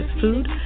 food